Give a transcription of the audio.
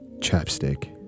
chapstick